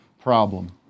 problem